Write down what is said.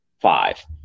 five